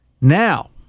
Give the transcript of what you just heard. Now